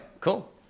cool